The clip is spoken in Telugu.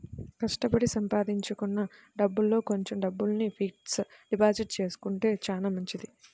కష్టపడి సంపాదించుకున్న డబ్బుల్లో కొంచెం డబ్బుల్ని ఫిక్స్డ్ డిపాజిట్ చేసుకుంటే చానా మంచిది